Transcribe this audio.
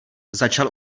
začal